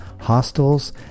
hostels